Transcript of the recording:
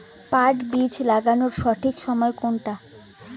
পাট বীজ লাগানোর সঠিক সময় কোনটা?